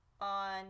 on